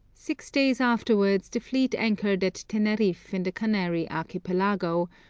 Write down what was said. six days afterwards the fleet anchored at teneriffe in the canary archipelago,